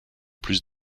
plus